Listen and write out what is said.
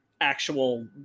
actual